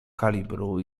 kalibru